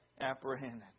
apprehended